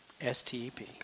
S-T-E-P